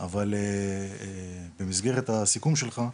אבל במסגרת הסיכום שלך,